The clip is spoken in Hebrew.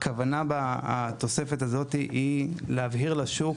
הכוונה בתוספת הזאת היא להבהיר לשוק